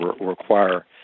require